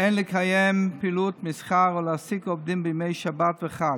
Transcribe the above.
אין לקיים פעילות מסחר או להעסיק עובדים בימי שבת וחג.